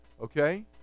Okay